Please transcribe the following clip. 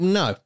no